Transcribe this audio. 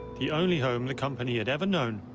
the only home the company had ever known,